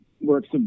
works